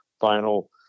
final